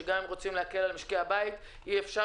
שגם אם הם רוצים להקל על משקי הבית אי אפשר